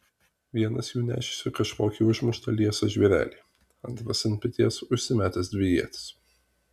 vienas jų nešėsi kažkokį užmuštą liesą žvėrelį antras ant peties užsimetęs dvi ietis